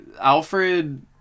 alfred